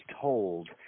told